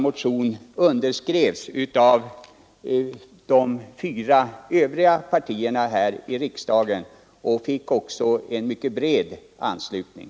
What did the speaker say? Motionen underskrevs av representanter för de fyra övriga partierna här i riksdagen och fick en mycket bred anslutning.